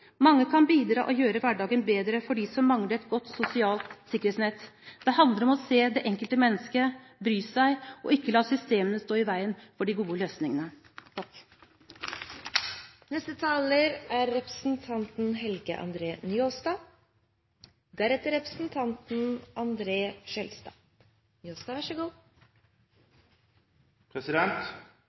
Mange kan bidra og gjøre hverdagen bedre for dem som mangler et godt sosialt sikkerhetsnett. Det handler om å se det enkelte menneske, bry seg og ikke la systemene stå i veien for de gode løsningene. Det har vore hyggjeleg å følgja trontaledebatten i dag og registrera at kommunesektoren har fått stor plass og mykje god